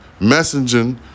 messaging